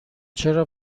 چرا